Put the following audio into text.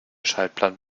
schaltplan